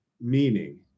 meaning